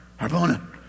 Harbona